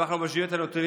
אם אנחנו משווים את הנתונים